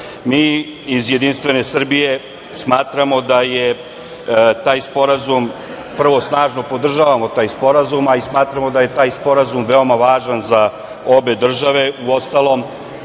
Mi iz JS smatramo da je taj sporazum, prvo snažno podržavamo taj sporazum, a i smatramo da je taj sporazum veoma važan za obe države. Uostalom,